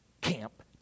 camp